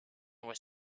was